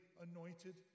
anointed